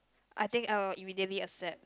I think I will immediately accept